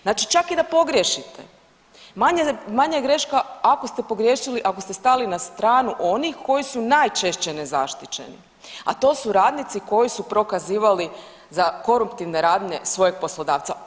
Znači čak i da pogriješite, manja je greška ako ste pogriješili ako ste stali na stranu onih koji su najčešće nezaštićeni, a to su radnici koji su prokazivali za koruptivne radnje svojeg poslodavca.